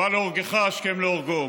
הבא להורגך השכם להורגו.